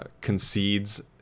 Concedes